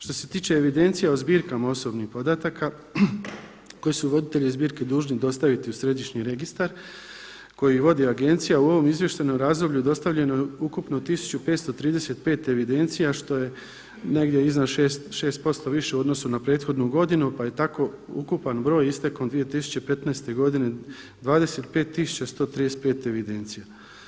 Što se tiče evidencija o zbirkama osobnih podataka koje su voditelji zbirke dužni dostaviti u središnji registar koji vodi agencija u ovom izvještajnom razdoblju dostavljeno je ukupno tisuću 535 agencija što je negdje iznad 6% više u odnosu na prethodnu godinu, pa je tako ukupan broj istekom 2015. godine 25 tisuća 135 evidencija.